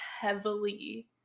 heavily